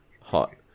hot